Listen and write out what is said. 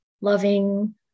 loving